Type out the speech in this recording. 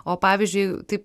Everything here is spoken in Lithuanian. o pavyzdžiui taip